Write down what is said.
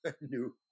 new